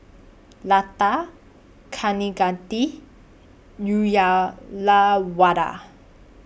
Lata Kaneganti Uyyalawada